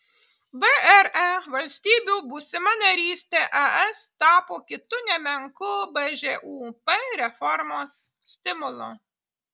vre valstybių būsima narystė es tapo kitu nemenku bžūp reformos stimulu